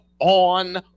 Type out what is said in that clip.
on